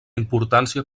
importància